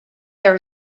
there